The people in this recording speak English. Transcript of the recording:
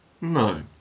No